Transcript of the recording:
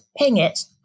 Pingit